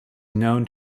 known